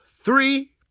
Three